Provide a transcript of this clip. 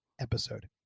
episode